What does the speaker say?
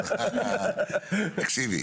תקשיבי,